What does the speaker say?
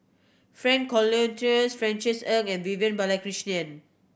Frank Cloutier Francis Ng and Vivian Balakrishnan